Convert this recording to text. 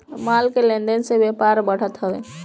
माल के लेन देन से व्यापार बढ़त हवे